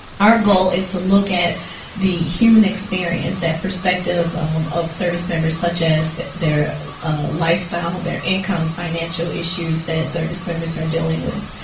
our goal is to look at the human experience, that perspective of service members such as their lifestyle, their income, financial issues that service members are dealing with,